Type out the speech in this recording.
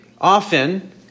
often